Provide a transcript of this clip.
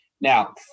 Now